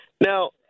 Now